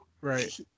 Right